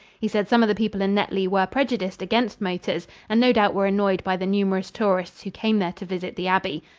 he said some of the people in netley were prejudiced against motors and no doubt were annoyed by the numerous tourists who came there to visit the abbey.